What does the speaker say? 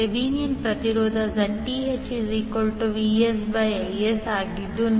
Thevenin ಪ್ರತಿರೋಧ ZThVsIs